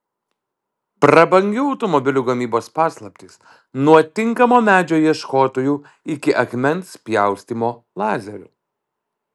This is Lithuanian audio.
prabangių automobilių gamybos paslaptys nuo tinkamo medžio ieškotojų iki akmens pjaustymo lazeriu